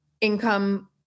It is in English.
income